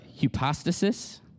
hypostasis